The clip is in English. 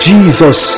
Jesus